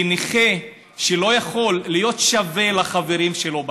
כי נכה שלא יכול להיות שווה לחברים שלו בכיתה,